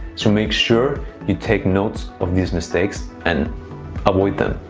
so make sure you take notes of this mistakes and avoid them.